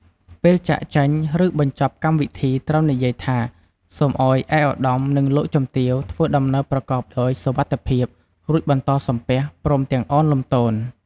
ពេលចាកចេញ ឬបញ្ចប់កម្មវិធីត្រូវនិយាយថា សូមឱ្យឯកឧត្តម និង លោកជំទាវ ធ្វើដំណើរប្រកបដោយសុវត្ថិភាព រួចបន្តសំពះ ព្រមទាំងឱនលំទោន។